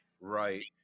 Right